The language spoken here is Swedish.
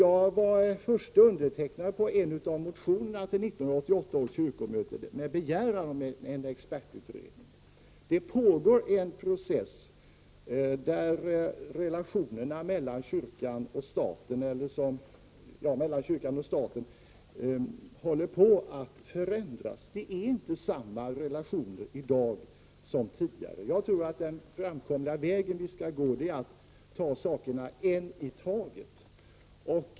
Jag var förste undertecknare av en av motionerna till 1988 års kyrkomöte i vilken begärdes en expertutredning. Det pågår en process, vilken för med sig att relationerna mellan kyrkan och staten håller på att förändras. Det är inte samma relationer i dag som tidigare. Jag tror att den framkomliga vägen i detta sammanhang är att ta sakerna en i taget.